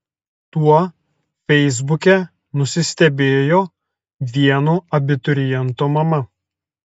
tuo feisbuke nusistebėjo vieno abituriento mama